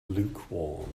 lukewarm